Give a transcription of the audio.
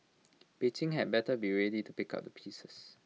Beijing had better be ready to pick up the pieces